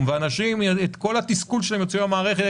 אנשים את כל התסכול שלהם יוציאו על המערכת,